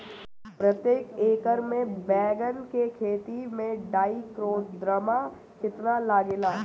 प्रतेक एकर मे बैगन के खेती मे ट्राईकोद्रमा कितना लागेला?